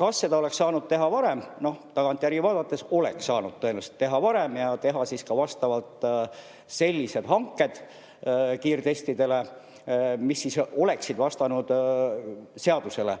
Kas seda oleks saanud teha varem? Tagantjärgi vaadates oleks saanud tõenäoliselt teha varem ja teha siis ka sellised kiirtestide hanked, mis oleksid vastanud seadusele.